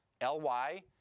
L-Y